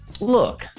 Look